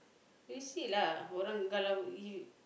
you see lah orang kalau